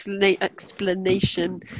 explanation